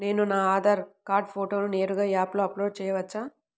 నేను నా ఆధార్ కార్డ్ ఫోటోను నేరుగా యాప్లో అప్లోడ్ చేయవచ్చా?